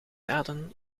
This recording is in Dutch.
daden